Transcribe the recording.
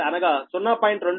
అనగా 0